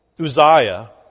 Uzziah